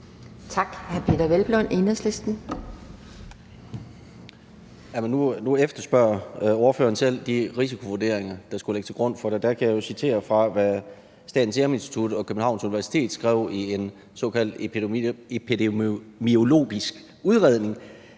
Nu efterspørger ordføreren selv de risikovurderinger, der skulle ligge til grund for det. Der kan jeg citere fra, hvad Statens Serum Institut og Københavns Universitet skrev i en såkaldt epidemiologisk udredning,